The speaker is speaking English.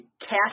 cast